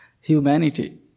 Humanity